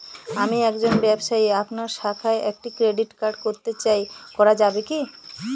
আমি একজন ব্যবসায়ী আপনার শাখায় একটি ক্রেডিট কার্ড করতে চাই করা যাবে কি?